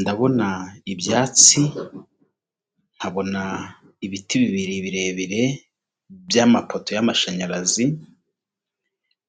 Ndabona ibyatsi nkabona ibiti bibiri birebire by'amapoto y'amashanyarazi